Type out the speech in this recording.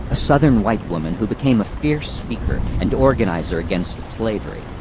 a southern white woman who became a fierce speaker and organizer against slavery,